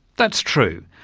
that's true,